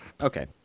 Okay